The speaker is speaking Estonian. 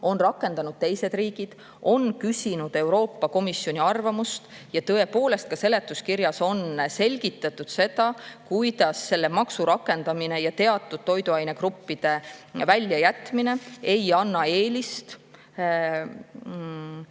on rakendanud teised riigid ja nad on küsinud Euroopa Komisjoni arvamust. Tõepoolest, ka seletuskirjas on selgitatud, kuidas selle maksu rakendamine ja teatud toiduainegruppide väljajätmine ei anna eelist. Seda